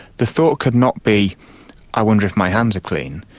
the thought could not be i wonder if my hands are clean,